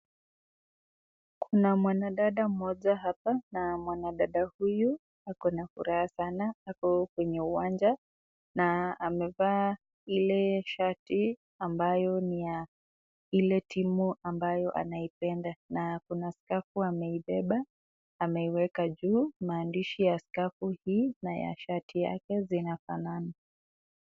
Kuna mwadada mmoja hapa na mwanadada huyu ako na furaha sana ako kwenye uwanja na amevaa ile shati ambayo ni ya ile timu ambayo anaipenda na kuna skafu ameibeba ameiweka juu. Maandishi ya skafu hii na ya shati yake inafanana.